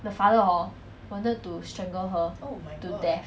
the father hor wanted to strangle her to death